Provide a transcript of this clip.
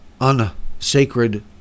unsacred